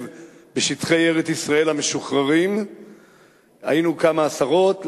בשטחי ארץ-ישראל המשוחררים היינו כמה עשרות,